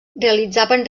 realitzaven